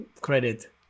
credit